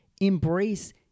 embrace